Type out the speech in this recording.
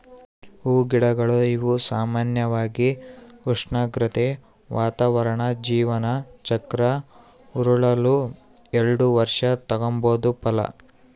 ಹೂಗಿಡಗಳು ಇವು ಸಾಮಾನ್ಯವಾಗಿ ಉಷ್ಣಾಗ್ರತೆ, ವಾತಾವರಣ ಜೀವನ ಚಕ್ರ ಉರುಳಲು ಎಲ್ಡು ವರ್ಷ ತಗಂಬೋ ಫಲ